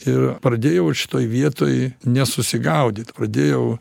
ir pradėjau šitoj vietoj nesusigaudyt pradėjau